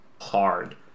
hard